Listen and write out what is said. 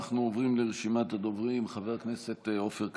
אנחנו עוברים לרשימת הדוברים: חבר הכנסת עופר כסיף,